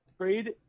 trade